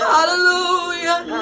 Hallelujah